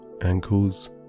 ankles